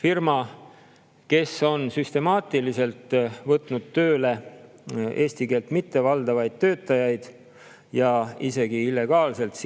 firma, kes on süstemaatiliselt võtnud tööle eesti keelt mitte valdavaid töötajaid ja isegi illegaalselt